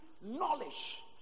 knowledge